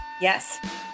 Yes